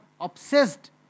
obsessed